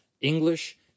english